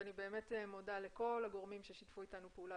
אני מודה לכל הגורמים ששיתפו אתנו פעולה